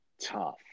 tough